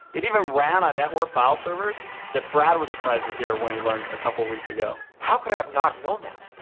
it even ran on netware file servers that brad was surprised to hear when he learned a couple weeks ago. how could i have not known that?